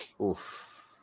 Oof